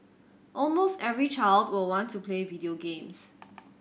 almost every child will want to play video games